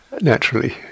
naturally